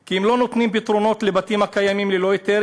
כי הם לא נותנים פתרונות לבתים הקיימים ללא היתר